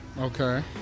Okay